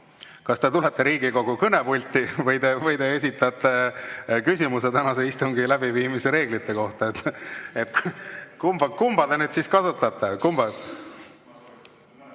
kas tulete Riigikogu kõnepulti või esitate küsimuse tänase istungi läbiviimise reeglite kohta? Kumba te kasutate?